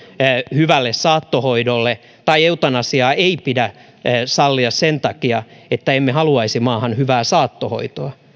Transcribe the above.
hyvälle saattohoidolle tai eutanasiaa ei pidä sallia sen takia että emme haluaisi maahan hyvää saattohoitoa